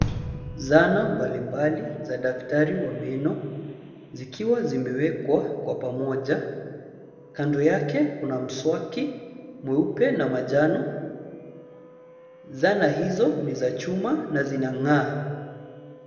Zana mbalimbali za daktari wa meno. Zikiwa zimewekwa kwa pamoja. Kando yake kuna mswaki, mweupe na manjano. Zana hizo ni za chuma na zinang'aa.